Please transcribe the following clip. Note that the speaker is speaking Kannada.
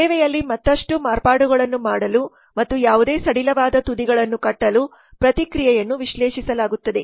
ಸೇವೆಯಲ್ಲಿ ಮತ್ತಷ್ಟು ಮಾರ್ಪಾಡುಗಳನ್ನು ಮಾಡಲು ಮತ್ತು ಯಾವುದೇ ಸಡಿಲವಾದ ತುದಿಗಳನ್ನು ಕಟ್ಟಲು ಪ್ರತಿಕ್ರಿಯೆಯನ್ನು ವಿಶ್ಲೇಷಿಸಲಾಗುತ್ತದೆ